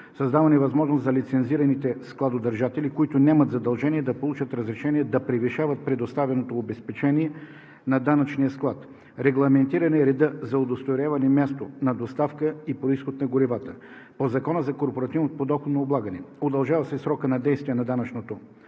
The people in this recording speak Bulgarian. създаване на възможност за лицензираните складодържатели, които нямат задължения, да получат разрешение да превишават предоставеното обезпечение за данъчния склад; регламентиране на реда за удостоверяване място на доставка и произхода на горивата. По Закона за корпоративното подоходно облагане: удължава се срокът на действие на данъчното